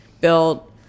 built